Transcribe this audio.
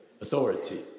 Authority